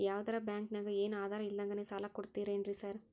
ಯಾವದರಾ ಬ್ಯಾಂಕ್ ನಾಗ ಏನು ಆಧಾರ್ ಇಲ್ದಂಗನೆ ಸಾಲ ಕೊಡ್ತಾರೆನ್ರಿ ಸಾರ್?